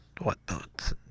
whatnot